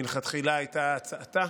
מלכתחילה הייתה הצעתה.